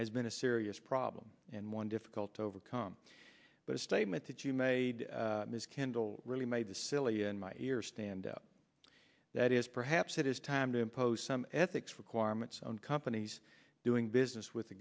has been a serious problem and one difficult to overcome but a statement that you made this candle really made the silly in my ear stand up that is perhaps it is time to impose some ethics requirements on companies doing business with the